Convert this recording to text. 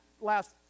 last